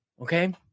okay